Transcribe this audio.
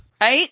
right